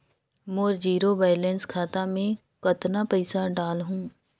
मोर zero balance खाता मे कतना पइसा डाल हूं?